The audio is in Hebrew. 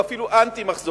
או אפילו אנטי-מחזורית.